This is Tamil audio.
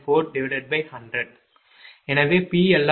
u எனவே PL2jQL20